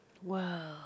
whoa